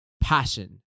passion